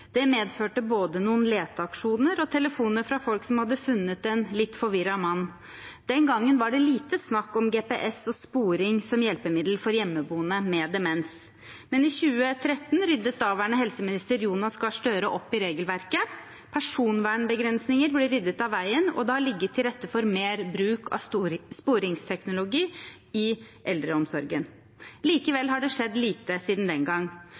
Det medførte både noen leteaksjoner og telefoner fra folk som hadde funnet en litt forvirret mann. Den gangen var det lite snakk om GPS og sporing som hjelpemiddel for hjemmeboende med demens, men i 2013 ryddet daværende helseminister, Jonas Gahr Støre, opp i regelverket. Personvernbegrensninger ble ryddet av veien, og det har ligget til rette for mer bruk av sporingsteknologi i eldreomsorgen. Likevel har det skjedd lite siden den gang.